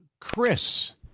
Chris